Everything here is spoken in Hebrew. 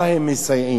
מה הם מסייעים?